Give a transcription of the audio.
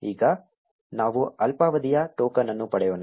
ಈಗ ನಾವು ಅಲ್ಪಾವಧಿಯ ಟೋಕನ್ ಅನ್ನು ಪಡೆಯೋಣ